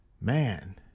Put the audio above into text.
man